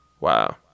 Wow